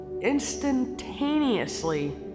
instantaneously